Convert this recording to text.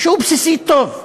שהוא בסיסי טוב,